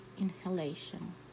inhalation